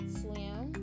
swim